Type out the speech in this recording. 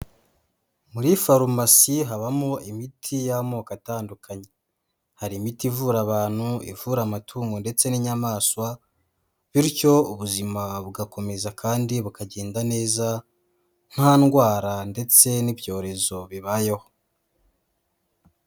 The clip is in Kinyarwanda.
Muri farumasi habamo imiti y'amoko atandukanye, hari imiti ivura abantu, ivura amatungo ndetse n'inyamaswa, bityo ubuzima bugakomeza kandi bukagenda neza nta ndwara ndetse n'ibyorezo bibayeho.